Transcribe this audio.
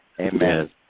Amen